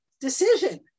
decision